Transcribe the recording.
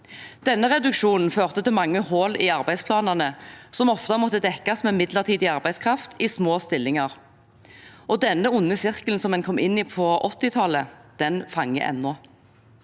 Denne reduksjonen førte til mange hull i arbeidsplanene, som ofte måtte dekkes med midlertidig arbeidskraft i små stillinger. Denne onde sirkelen som en kom inn i på 1980-tallet, fanger ennå.